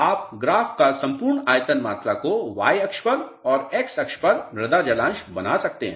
आप ग्राफ पर संपूर्ण आयतन मात्रा को y अक्ष पर और x अक्ष पर मृदा जलान्श बना सकते है